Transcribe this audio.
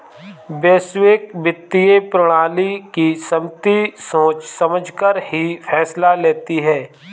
वैश्विक वित्तीय प्रणाली की समिति सोच समझकर ही फैसला लेती है